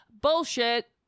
bullshit